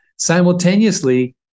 Simultaneously